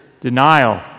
denial